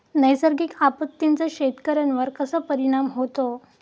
नैसर्गिक आपत्तींचा शेतकऱ्यांवर कसा परिणाम होतो?